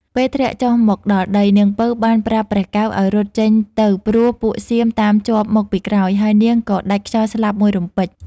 ពេលធ្លាក់ចុះមកដល់ដី នាងពៅបានប្រាប់ព្រះកែវឲ្យរត់ចេញទៅព្រោះពួកសៀមតាមជាប់មកពីក្រោយ ហើយនាងក៏ដាច់ខ្យល់ស្លាប់មួយរំពេច ។